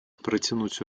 протянуть